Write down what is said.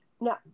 no